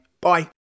Bye